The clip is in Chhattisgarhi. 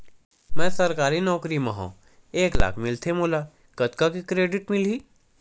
मैं सरकारी नौकरी मा हाव एक लाख मिलथे मोला कतका के क्रेडिट मिलही?